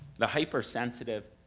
the hypersensitive,